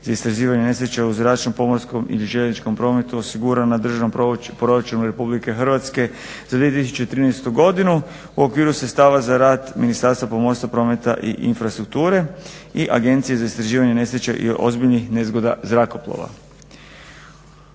za istraživanje nesreća u zračnom, pomorskom ili željezničkom prometu osigurana u državnom proračunu RH za 2013. godinu u okviru sredstava za rad Ministarstva pomorstva, prometa i infrastrukture i Agencije za istraživanje nesreća i ozbiljnih nezgoda zrakoplova.